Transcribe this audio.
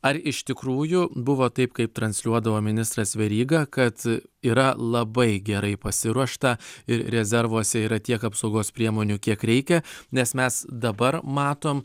ar iš tikrųjų buvo taip kaip transliuodavo ministras veryga kad yra labai gerai pasiruošta ir rezervuose yra tiek apsaugos priemonių kiek reikia nes mes dabar matom